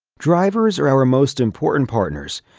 drivers are our most important partners,